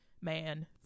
man